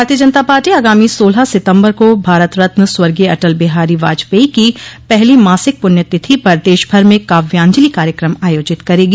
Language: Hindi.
भारतीय जनता पार्टी आगामी सोलह सितम्बर को भारत रत्न स्वर्गीय अटल बिहारी वाजपेई की पहली मासिक प्रण्य तिथि पर देशभर में काव्यांजलि कार्यक्रम आयाजित करेगी